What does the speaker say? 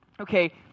Okay